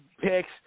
picks